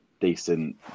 decent